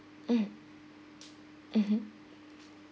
mm mmhmm